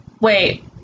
Wait